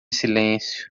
silêncio